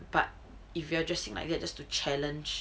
but if you are dressing like that just to challenge